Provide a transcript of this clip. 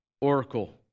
oracle